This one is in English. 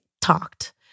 talked